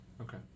Okay